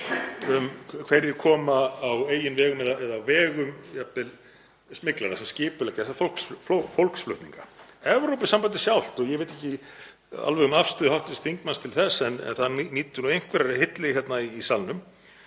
hverjir koma á eigin vegum eða jafnvel á vegum smyglara sem skipuleggja þessa fólksflutninga. Evrópusambandið sjálft og ég veit ekki alveg um afstöðu hv. þingmanns til þess, en það nýtur nú einhverrar hylli hér í salnum,